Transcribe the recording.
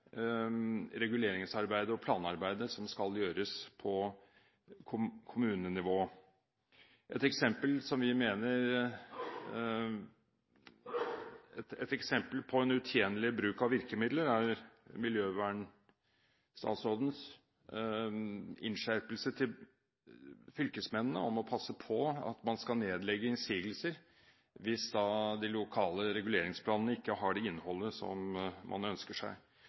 reguleringsarbeidet og planarbeidet som skal gjøres på kommunenivå. Et eksempel på en utjenlig bruk av virkemidler er miljøvernstatsrådens innskjerpelse til fylkesmennene om å passe på at man skal nedlegge innsigelser hvis de lokale reguleringsplanene ikke har det innholdet som man ønsker seg.